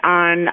on